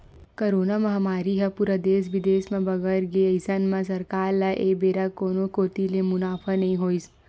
corona महामारी ह पूरा देस बिदेस म बगर गे अइसन म सरकार ल ए बेरा कोनो कोती ले मुनाफा नइ होइस